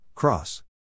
Cross